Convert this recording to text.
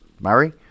Murray